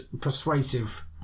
persuasive